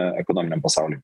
ekonominiui pasauliui